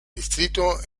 distrito